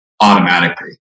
automatically